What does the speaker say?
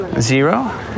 Zero